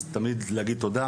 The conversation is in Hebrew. אז תמיד להגיד תודה